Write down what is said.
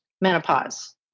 menopause